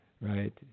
right